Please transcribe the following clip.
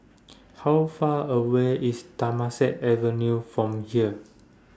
How Far away IS Temasek Avenue from here